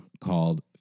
called